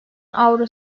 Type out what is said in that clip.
avro